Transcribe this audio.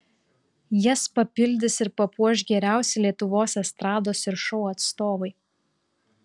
jas papildys ir papuoš geriausi lietuvos estrados ir šou atstovai